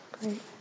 Great